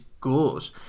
goes